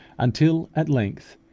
until at length,